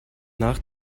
nach